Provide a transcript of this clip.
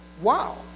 Wow